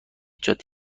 جاده